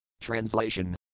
Translation